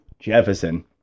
jefferson